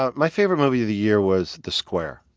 ah my favorite movie of the year was the square.